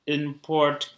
import